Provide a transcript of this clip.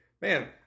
Man